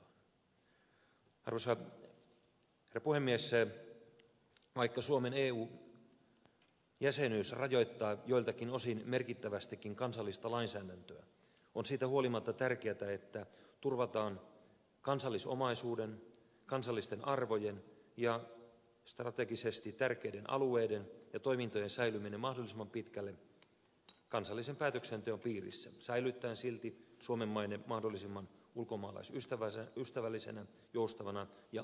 vaikka suomen eu jäsenyys rajoittaa joiltakin osin merkittävästikin kansallista lainsäädäntöä on siitä huolimatta tärkeätä että turvataan kansallisomaisuuden kansallisten arvojen ja strategisesti tärkeiden alueiden ja toimintojen säilyminen mahdollisimman pitkälle kansallisen päätöksenteon piirissä säilyttäen silti suomen maine mahdollisimman ulkomaalaisystävällisenä joustavana ja oikeudenmukaisena valtiona